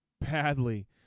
badly